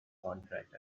contract